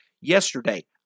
yesterday